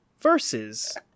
versus